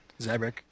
Zabrak